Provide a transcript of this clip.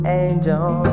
angel